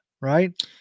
right